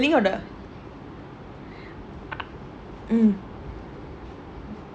okay I tell you and another லூசு:loosu that I found at the selling